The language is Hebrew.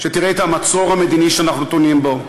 שתראה את המצור המדיני שאנחנו נתונים בו,